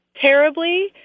terribly